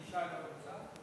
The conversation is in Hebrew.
ישי לא נמצא?